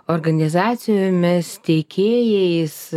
organizacijomis teikėjais